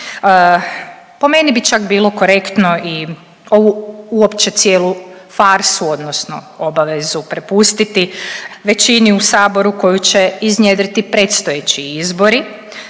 Po meni bi čak bilo korektno i ovu uopće cijelu farsu odnosno obavezu prepustiti većini u saboru koju će iznjedriti predstojeći izbori,